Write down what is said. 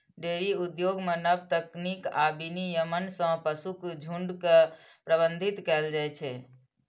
dairy उद्योग मे नव तकनीक आ विनियमन सं पशुक झुंड के प्रबंधित कैल जाइ छै